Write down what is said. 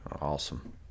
Awesome